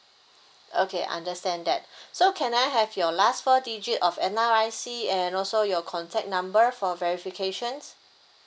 okay understand that so can I have your last four digit of N_R_I_C and also your contact number for verification